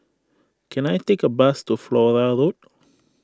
can I take a bus to Flora Road